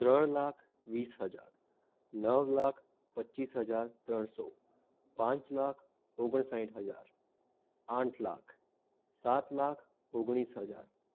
ત્રણ લાખ વીસ હજાર નવ લાખ પચ્ચીસ હજાર ત્રણસો પાંચ લાખ ઓગણસાઠ હજાર આઠ લાખ સાત લાખ ઓગણીસ હજાર